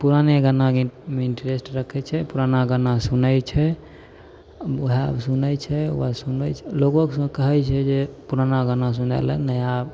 पुराने गानामे इन्ट्रेस्ट रखैत छै पुराना गाना सुनैत छै ओहए सुनैत छै सुनै लोगोके कहैत छै जे पुराना गाना सुनै लऽ नया